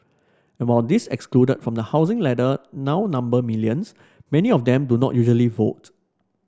and while those excluded from the housing ladder now number millions many of them do not usually vote